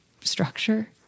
structure